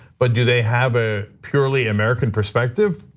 but do they have a purely american perspective?